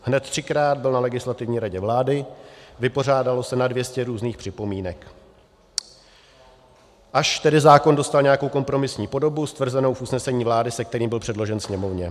Hned třikrát byl v Legislativní radě vlády, vypořádalo se na 200 různých připomínek, až tedy zákon dostal nějakou kompromisní podobu stvrzenou usnesením vlády, se kterým byl předložen Sněmovně.